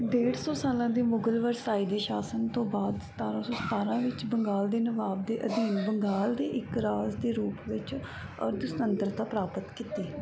ਡੇਢ ਸੌ ਸਾਲਾਂ ਦੇ ਮੁਗ਼ਲ ਵਰਸਾਇ ਦੇ ਸ਼ਾਸਨ ਤੋਂ ਬਾਅਦ ਸਤਾਰ੍ਹਾਂ ਸੌ ਸਤਾਰ੍ਹਾਂ ਵਿੱਚ ਬੰਗਾਲ ਦੇ ਨਵਾਬ ਦੇ ਅਧੀਨ ਬੰਗਾਲ ਨੇ ਇੱਕ ਰਾਜ ਦੇ ਰੂਪ ਵਿੱਚ ਅਰਧ ਸੁਤੰਤਰਤਾ ਪ੍ਰਾਪਤ ਕੀਤੀ